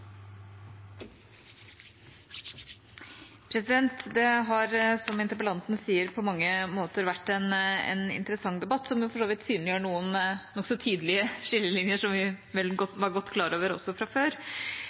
Det har, som interpellanten sier, på mange måter vært en interessant debatt, noe som jo for så vidt synliggjør noen nokså tydelige skillelinjer som vi vel var godt klar over også fra før.